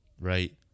right